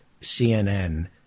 cnn